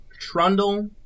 Trundle